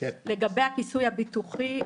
--- לגבי הכיסוי הביטוחי,